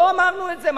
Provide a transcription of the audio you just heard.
לא אמרנו את זה?